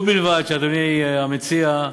ובלבד, אדוני המציע,